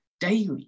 daily